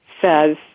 says